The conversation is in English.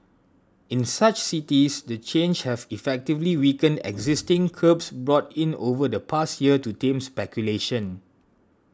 in such cities the changes have effectively weakened existing curbs brought in over the past year to tame speculation